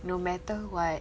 no matter what